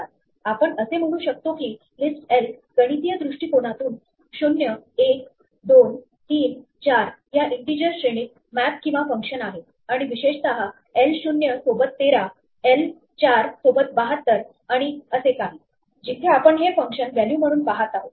आपण असे म्हणू शकतो की लिस्ट l गणितीय दृष्टिकोनातून 0 1 2 3 4 या इन्टिजर श्रेणीत मॅप किंवा फंक्शन आहे आणि विशेषतः l 0 सोबत 13 l 4 सोबत 72 आणि असे काही जिथे आपण हे फंक्शन व्हॅल्यू म्हणून पाहत आहोत